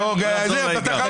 זהו, תחרות.